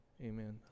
amen